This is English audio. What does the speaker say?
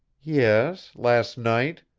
yes, last night?